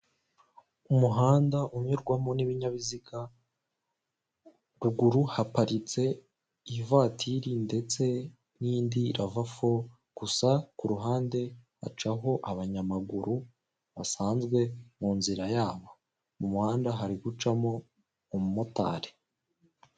Umuhanda unyurwamo n'ibinyabiziga, ruguru haparitse ivatiri ndetse n'indi ravafo gusa ku ruhande hacaho abanyamaguru basanzwe mu nzira yabo, mu muhanda hari gucamo umumotari.